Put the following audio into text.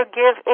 give